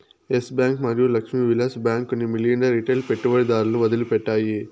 yes bank మరియు Lakshmi Vilas bank కొన్ని మిలియన్ల రిటైల్ పెట్టుబడిదారులను వదిలిపెట్టాయి